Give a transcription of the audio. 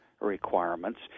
requirements